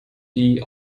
die